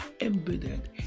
embedded